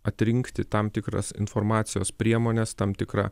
atrinkti tam tikras informacijos priemones tam tikrą